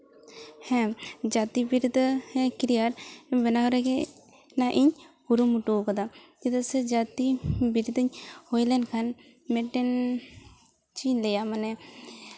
ᱦᱮᱸ ᱡᱟᱹᱛᱤ ᱵᱤᱨᱫᱟᱹ ᱦᱮᱸ ᱠᱨᱤᱭᱟᱨ ᱵᱟᱱᱟᱨᱜᱮ ᱤᱧᱟᱹᱜ ᱤᱧ ᱠᱩᱨᱩᱢᱩᱴᱩ ᱠᱟᱫᱟ ᱪᱮᱫᱟᱜ ᱥᱮ ᱡᱟᱹᱛᱤ ᱵᱤᱨᱫᱟᱹᱧ ᱦᱩᱭ ᱞᱮᱱᱠᱷᱟᱱ ᱢᱮᱫᱴᱮᱱ ᱪᱮᱫ ᱤᱧ ᱞᱟᱹᱭᱟ ᱢᱟᱱᱮ